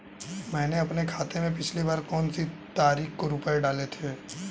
मैंने अपने खाते में पिछली बार कौनसी तारीख को रुपये डाले थे?